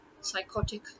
psychotic